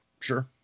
Sure